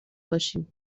باشیم